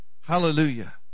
Hallelujah